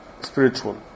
spiritual